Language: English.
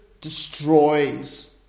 destroys